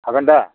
हागोन दा